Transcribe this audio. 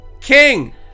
king